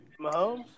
Mahomes